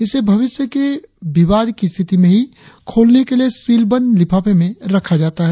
इसे भविष्य के विवाद की स्थिति में ही खोलने के लिए सीलबंद लिफाफे में रखा जाता हैं